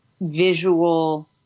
visual